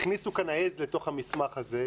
הכניסו כאן עז לתוך המסמך הזה,